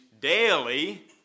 daily